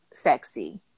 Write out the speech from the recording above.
Sexy